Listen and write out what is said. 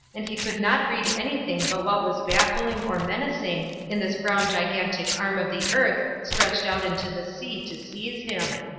and he could not read anything but what was baffling or menacing in this brown gigantic arm of the earth stretched out into the sea to seize him.